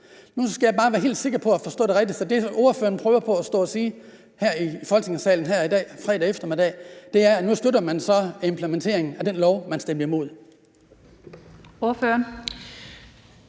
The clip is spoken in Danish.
Nu skal jeg bare være helt sikker på, at jeg har forstået det rigtigt: Så det, ordføreren prøver på at stå og sige her i Folketingssalen i dag, fredag formiddag, er, at nu støtter man så implementeringen af den lov, man stemte imod.